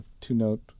two-note